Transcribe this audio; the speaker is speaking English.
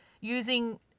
using